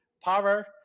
power